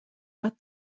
but